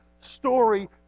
story